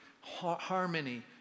harmony